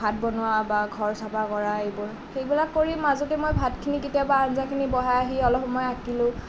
ভাত বনোৱা বা ঘৰ চাফা কৰা এইবোৰ সেইবিলাক কৰি মাজতে মই ভাতখিনি কেতিয়াবা আঞ্জাখিনি বঢ়াই আহি অলপ সময় আঁকিলো